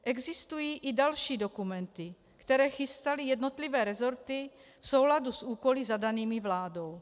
Existují i další dokumenty, které chystaly jednotlivé rezorty v souladu s úkoly zadanými vládou.